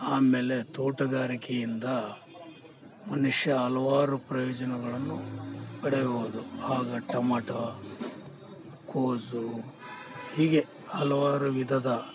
ಆಮೇಲೆ ತೋಟಗಾರಿಕೆಯಿಂದ ಮನುಷ್ಯ ಹಲವಾರು ಪ್ರಯೋಜನಗಳನ್ನು ಪಡೆಯುವುದು ಹಾಗೆ ಟಮಾಟ ಕೋಸು ಹೀಗೆ ಹಲವಾರು ವಿಧದ